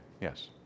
Yes